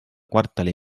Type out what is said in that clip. kvartali